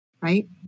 right